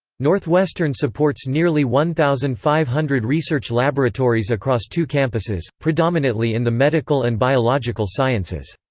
northwestern supports nearly one thousand five hundred research laboratories across two campuses, predominately in the medical and biological sciences.